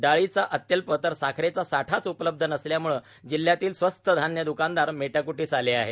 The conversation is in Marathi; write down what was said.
दाळीचा अत्यल्प तर साखरेचा साठाच उपलब्ध नसल्याम्ळे जिल्ह्यातील स्वस्त धान्य द्कानदार मेटाक्टीस आले आहे